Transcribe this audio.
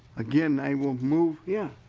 again i will move yeah